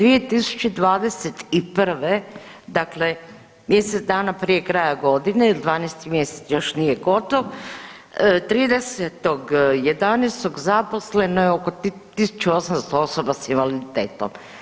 2021. dakle mjesec dana prije kraja godine jer 12 mjesec još nije gotov, 30.11. zaposleno je oko 1800 osoba sa invaliditetom.